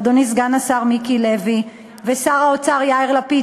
אדוני סגן השר מיקי לוי ושר האוצר יאיר לפיד,